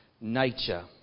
nature